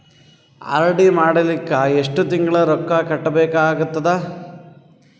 RD ಮಾಡಲಿಕ್ಕ ಎಷ್ಟು ತಿಂಗಳ ರೊಕ್ಕ ಕಟ್ಟಬೇಕಾಗತದ?